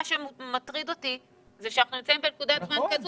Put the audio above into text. מטריד אותי שאנחנו נמצאים בנקודת זמן כזו